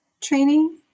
training